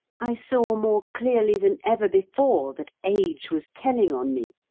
i saw more clearly than ever before that age was telling on me.